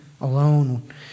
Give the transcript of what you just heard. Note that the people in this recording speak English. alone